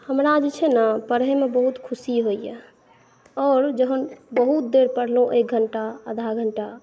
हमरा जे छै ने पढैमे बहुत खुशी होइए आओर जहन बहुत देर पढलहुॅं एक घंटा आधा घंटा